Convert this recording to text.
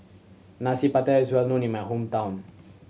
Nasi Pattaya is well known in my hometown